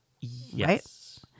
Yes